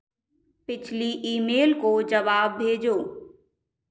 पिछली ईमेल को जवाब भेजो